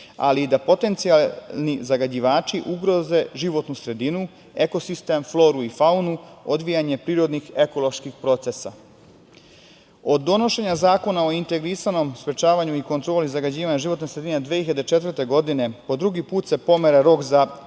ali i da potencijalni zagađivači ugroze životnu sredinu, ekosistem, floru i faunu, odvijanje prirodnih ekoloških procesa. Od donošenja Zakona o integrisanom sprečavanju i kontroli zagađivanja životne sredine 2004. godine, po drugi put se pomera rok za pribavljanje